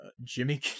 Jimmy